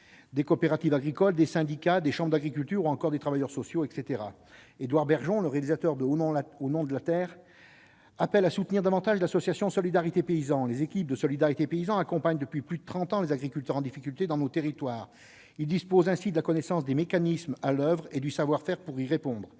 des coopératives agricoles, des syndicats, des chambres d'agriculture ou encore des travailleurs sociaux. Édouard Bergeon, le réalisateur du film, appelle à soutenir davantage l'association Solidarité Paysans, dont les équipes accompagnent depuis plus de trente ans les agriculteurs en difficulté dans nos territoires. Elles ont la connaissance des mécanismes à l'oeuvre et le savoir-faire pour y répondre,